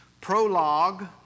prologue